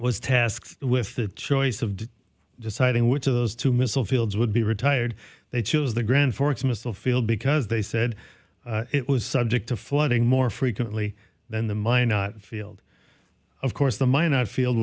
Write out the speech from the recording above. was tasked with the choice of did deciding which of those two missile fields would be retired they chose the grand forks missile field because they said it was subject to flooding more frequently than the mine not field of course the mine outfield